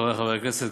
חברי חברי הכנסת,